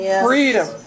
freedom